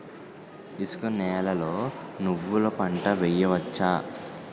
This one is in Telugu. ఇసుక నేలలో నువ్వుల పంట వేయవచ్చా?